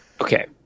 Okay